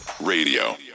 Radio